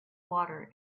water